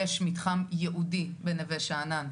יש מיתחם ייעודי בנווה שאנן,